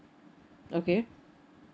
okay